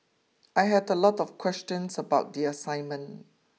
I had a lot of questions about the assignment